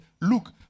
look